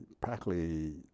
practically